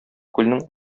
күлнең